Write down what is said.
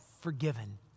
forgiven